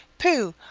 pooh!